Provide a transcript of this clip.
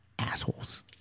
Assholes